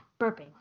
Burping